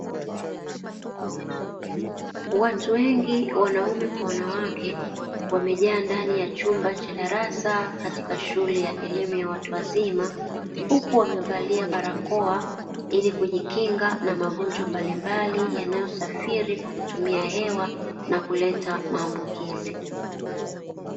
Watu wengi; wanaume kwa wanawake, wamejaa ndani ya chumba cha darasa katika shule ya elimu ya watu wazima, huku wamevalia barakoa ili kujikinga na magonjwa mbalimbali, yanayosafiri kwa kutumia hewa na kuleta maambukizi.